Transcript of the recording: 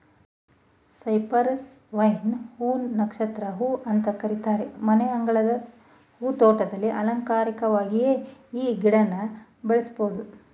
Cyprus vine ಹೂ ನ ನಕ್ಷತ್ರ ಹೂ ಅಂತ ಕರೀತಾರೆ ಮನೆಯಂಗಳದ ಹೂ ತೋಟದಲ್ಲಿ ಅಲಂಕಾರಿಕ್ವಾಗಿ ಈ ಗಿಡನ ಬೆಳೆಸ್ಬೋದು